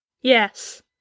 Yes